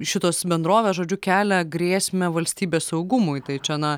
šitos bendrovės žodžiu kelia grėsmę valstybės saugumui tai čia na